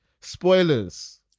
spoilers